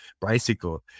bicycle